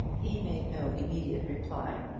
he made no immediate reply,